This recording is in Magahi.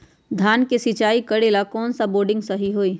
धान के सिचाई करे ला कौन सा बोर्डिंग सही होई?